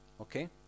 Okay